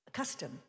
custom